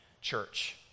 church